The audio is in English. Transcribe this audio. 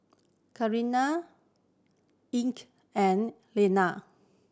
Kenney Ike and Linnea